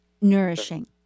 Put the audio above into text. nourishing